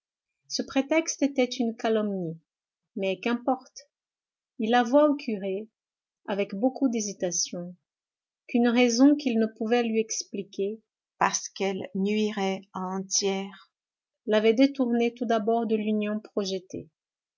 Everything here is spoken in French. ce prétexte était une calomnie mais qu'importe il avoua au curé avec beaucoup d'hésitation qu'une raison qu'il ne pouvait lui expliquer parce qu'elle nuirait à un tiers l'avait détourné tout d'abord de l'union projetée